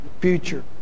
future